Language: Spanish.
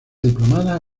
diplomada